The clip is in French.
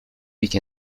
week